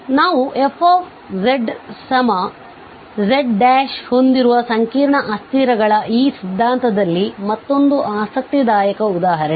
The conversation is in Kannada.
ಆದ್ದರಿಂದ ನಾವು fzz ಹೊಂದಿರುವ ಸಂಕೀರ್ಣ ಅಸ್ಥಿರಗಳ ಈ ಸಿದ್ಧಾಂತದಲ್ಲಿ ಮತ್ತೊಂದು ಆಸಕ್ತಿದಾಯಕ ಉದಾಹರಣೆ